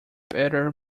better